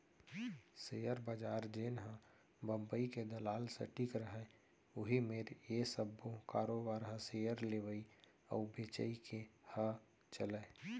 share बजार जेनहा बंबई के दलाल स्टीक रहय उही मेर ये सब्बो कारोबार ह सेयर लेवई अउ बेचई के ह चलय